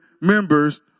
members